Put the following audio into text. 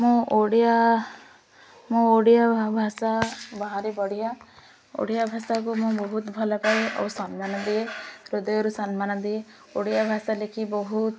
ମୁଁ ଓଡ଼ିଆ ମୁଁ ଓଡ଼ିଆ ଭାଷା ଭାରି ବଢ଼ିଆ ଓଡ଼ିଆ ଭାଷାକୁ ମୁଁ ବହୁତ ଭଲ ପାାଏ ଓ ସମ୍ମାନ ଦିଏ ହୃଦୟରୁ ସମ୍ମାନ ଦିଏ ଓଡ଼ିଆ ଭାଷା ଲେଖି ବହୁତ